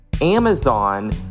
Amazon